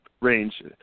range